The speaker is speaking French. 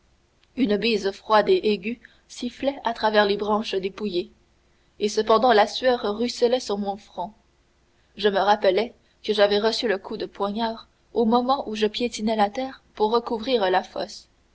une bise froide et aiguë sifflait à travers les branches dépouillées et cependant la sueur ruisselait sur mon front je me rappelai que j'avais reçu le coup de poignard au moment où je piétinais la terre pour recouvrir la fosse